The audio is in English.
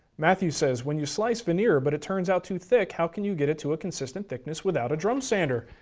matthew says, when you slice veneer but it turns out too thick, how can you get it to a consistent thickness without a drum sander?